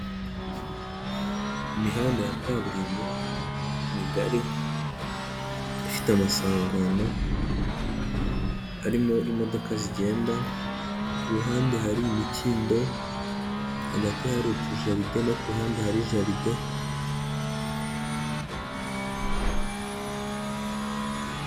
Imihanda ya kaburimbo migari ifite amasangano arimo imodoka zigenda, ku ruhande hari imikindo, hagati hari utujaride no ku ruhande hari jaride...